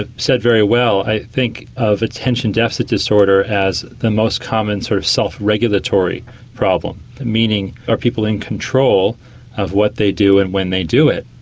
said very well. i think of attention deficit disorder as the most common sort of self-regulatory problem, meaning are people in control of what they do and when they do it.